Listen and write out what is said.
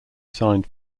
signed